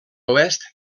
oest